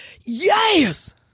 yes